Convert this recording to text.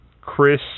Chris